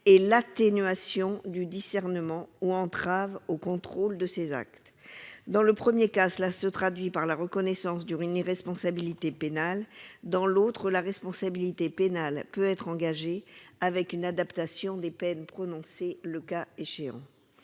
et l'atténuation du discernement ou entrave au contrôle de ses actes. Dans le premier cas, cela se traduit par la reconnaissance d'une irresponsabilité pénale, mais dans le second cas la responsabilité pénale peut être engagée, avec une adaptation des peines prononcées le cas échéant.